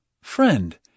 Friend